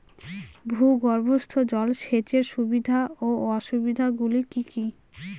ভূগর্ভস্থ জল সেচের সুবিধা ও অসুবিধা গুলি কি কি?